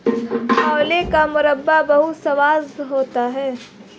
आंवले का मुरब्बा बहुत स्वादिष्ट होता है